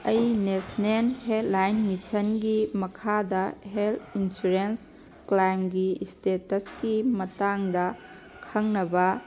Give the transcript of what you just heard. ꯑꯩ national health line ꯃꯤꯁꯟꯒꯤ ꯃꯈꯥꯗ ꯍꯦꯜꯠ ꯏꯟꯁꯨꯔꯦꯟꯁ ꯀ꯭ꯂꯦꯝꯒꯤ ꯁ꯭ꯇꯦꯇꯁꯀꯤ ꯃꯇꯥꯡꯗ ꯈꯪꯅꯕ